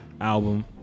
album